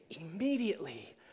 Immediately